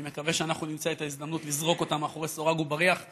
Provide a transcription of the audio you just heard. אני מקווה שאנחנו נמצא את ההזדמנות לזרוק אותה מאחורי סורג ובריח,